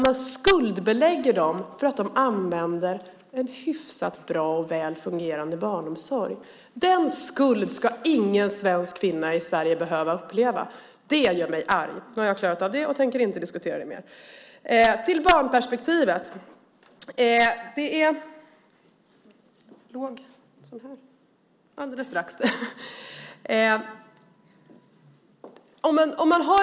De skuldbeläggs för att de använder en hyfsat bra och väl fungerande barnsomsorg. Den skulden ska ingen kvinna i Sverige behöva uppleva. Det gör mig arg. Då har jag klarat av det, och jag tänker inte diskutera det mer. Jag går över till barnperspektivet.